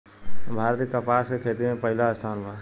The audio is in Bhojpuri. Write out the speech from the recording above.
भारत के कपास के खेती में पहिला स्थान पर बा